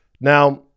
Now